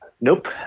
Nope